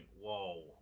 Whoa